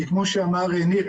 כי כמו שאמר ניר,